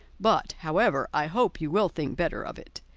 but, however, i hope you will think better of it.